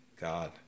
god